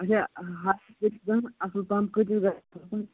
اچھا اَصٕل پَہَم کۭتِس گَژھَان